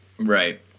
Right